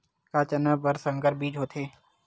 का चना बर संकर बीज होथे?